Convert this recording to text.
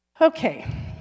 Okay